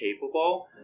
capable